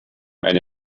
eine